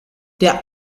der